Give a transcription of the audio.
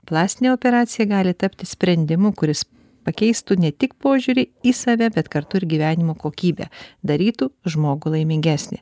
plastinė operacija gali tapti sprendimu kuris pakeistų ne tik požiūrį į save bet kartu ir gyvenimo kokybė darytų žmogų laimingesnį